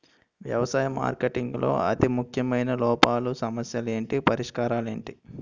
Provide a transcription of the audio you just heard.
వ్యవసాయ మార్కెటింగ్ లో అతి ముఖ్యమైన లోపాలు సమస్యలు ఏమిటి పరిష్కారాలు ఏంటి?